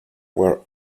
were